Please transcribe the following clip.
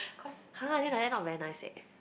!huh! then like that not very nice eh